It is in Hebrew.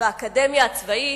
באקדמיה הצבאית?